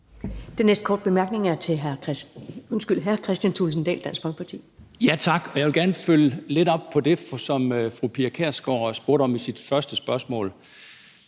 Den næste korte bemærkning er til hr. Kristian Thulesen Dahl, Dansk Folkeparti. Kl. 10:55 Kristian Thulesen Dahl (DF): Tak. Jeg vil gerne følge lidt op på det, som fru Pia Kjærsgaard spurgte om i sit første spørgsmål,